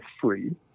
free